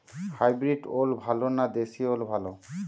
Hybrid ওল ভালো না দেশী ওল ভাল?